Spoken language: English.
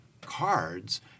cards